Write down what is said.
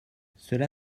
cela